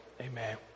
amen